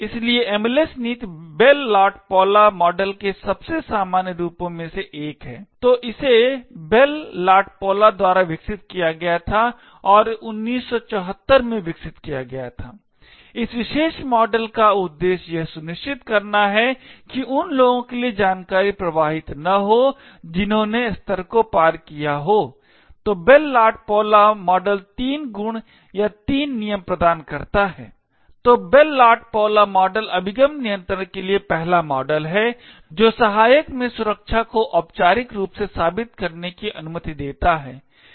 इसलिए MLS नीति Bell LaPadula model के सबसे सामान्य रूपों में से एक है तो इसे बेल और लाडपौला द्वारा विकसित किया गया था और इसे 1974 में विकसित किया गया था इस विशेष मॉडल का उद्देश्य यह सुनिश्चित करना है कि उन लोगों के लिए जानकारी प्रवाहित न हो जिन्होंने स्तर को पार किया हो तो बेल लॉपैडुला मॉडल तीन गुण या तीन नियम प्रदान करता है तो बेल लॉपैडुला मॉडल अभिगम नियंत्रण के लिए पहला मॉडल है जो सहायक में सुरक्षा को औपचारिक रूप से साबित करने की अनुमति देता है